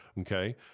Okay